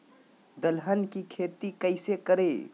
दलहन की खेती कैसे करें?